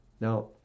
Now